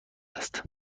است